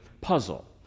puzzle